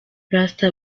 rasta